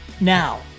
Now